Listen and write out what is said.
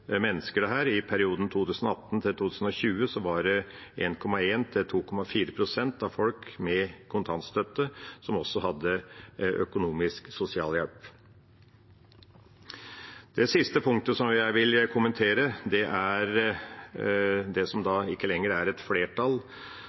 mennesker. I perioden 2018–2020 var det 1,1–2,4 pst. av dem som mottok kontantstøtte, som også fikk økonomisk sosialhjelp. Det siste punktet som jeg vil kommentere, er det – som ikke lenger er fra et flertall,